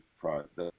product